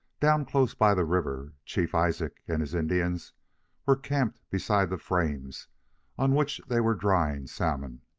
down close by the river, chief isaac and his indians were camped beside the frames on which they were drying salmon.